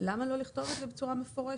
למה לא לכתוב את זה בצורה מפורשת?